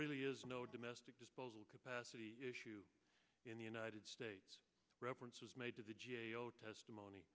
really is no domestic disposal capacity issue in the united states reference was made to the g a o testimony